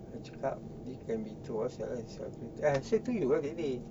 I cakap it can be WhatsApp eh I say to you ah that day